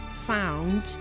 found